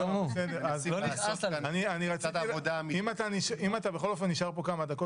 --- אם אתה בכל אופן נשאר פה כמה דקות